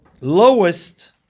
lowest